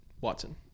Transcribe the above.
Watson